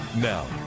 Now